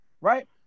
right